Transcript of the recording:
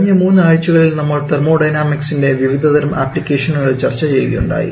കഴിഞ്ഞ മൂന്ന് ആഴ്ചകളിൽ നമ്മൾ തെർമോഡൈനാമിക്സ്വിൻറെ വിവിധതരം ആപ്ലിക്കേഷനുകളും ചർച്ച ചെയ്യുകയുണ്ടായി